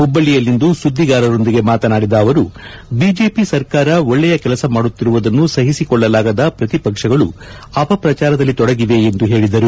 ಹುಬ್ಲಳ್ಳಿಯಲ್ಲಿಂದು ಸುದ್ಗಿಗಾರರೊಂದಿಗೆ ಮಾತನಾಡಿದ ಅವರು ಬಿಜೆಪಿ ಸರ್ಕಾರ ಒಳ್ಳಿ ಕೆಲಸ ಮಾಡುತ್ತಿರುವುದನ್ನು ಸಹಿಸಿಕೊಳ್ಳಲಾಗದ ಪ್ರತಿಪಕ್ಷಗಳು ಅಪಪ್ರಚಾರದಲ್ಲಿ ತೊಡಗಿವೆ ಎಂದು ಹೇಳಿದರು